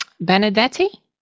benedetti